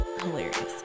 hilarious